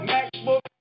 MacBook